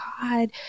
God